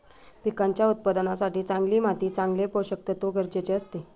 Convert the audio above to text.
पिकांच्या उत्पादनासाठी चांगली माती चांगले पोषकतत्व गरजेचे असते